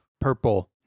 Purple